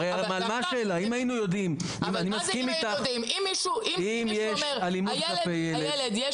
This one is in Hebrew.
אם היינו יודעים שיש אלימות כלפי ילד,